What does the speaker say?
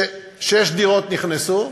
שש דירות נכנסו.